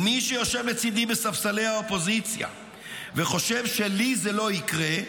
מי שיושב לצידי בספסלי האופוזיציה וחושב "לי זה לא יקרה"